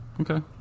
Okay